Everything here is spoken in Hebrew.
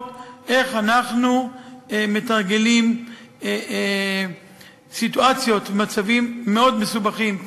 איך אנחנו מתרגלים סיטואציות ומצבים מאוד מסובכים,